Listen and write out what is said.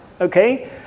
okay